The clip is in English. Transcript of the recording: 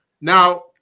Now